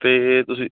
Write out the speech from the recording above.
ਅਤੇ ਤੁਸੀਂ